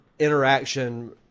Interaction